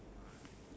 ya